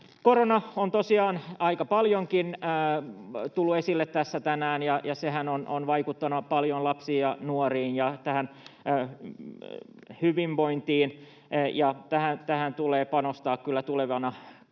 Korona on tosiaan aika paljonkin tullut esille tässä tänään. Sehän on vaikuttanut paljon lapsiin ja nuoriin ja hyvinvointiin. Tähän tulee kyllä panostaa tulevana kautena